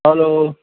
hello